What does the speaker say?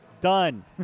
done